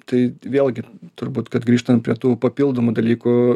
tai vėlgi turbūt kad grįžtant prie tų papildomų dalykų